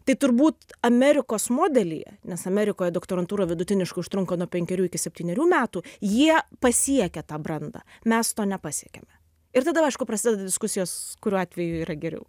tai turbūt amerikos modelyje nes amerikoje doktorantūra vidutiniškai užtrunka nuo penkerių iki septynerių metų jie pasiekia tą brandą mes to nepasiekėme ir tada aišku prasideda diskusijos kuriuo atveju yra geriau